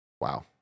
Wow